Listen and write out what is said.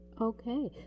Okay